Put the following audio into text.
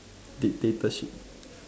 dictatorship